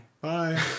bye